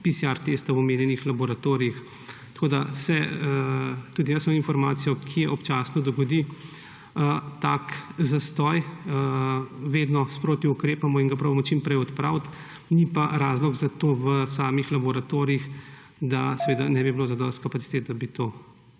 PCR v omenjenih laboratorijih. Tako da se – tudi jaz imam informacijo – kje občasno dogodi tak zastoj. Vedno sproti ukrepamo in ga poskušamo čim prej odpraviti. Ni pa razlog za to v samih laboratorijih, da ne bi bilo zadosti kapacitet, da bi to